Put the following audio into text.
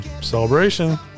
celebration